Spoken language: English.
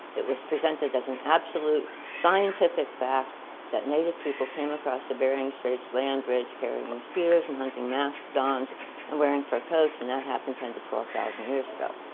it was presented as an absolute scientific fact that native people came across the bering strait's land bridge carrying spears and hunting mastodons and wearing fur coats and that happened ten to twelve thousand years ago.